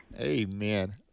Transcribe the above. Amen